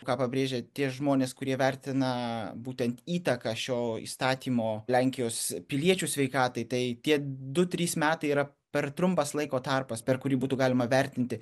ką pabrėžė tie žmonės kurie vertina būtent įtaką šio įstatymo lenkijos piliečių sveikatai tai tie du trys metai yra per trumpas laiko tarpas per kurį būtų galima vertinti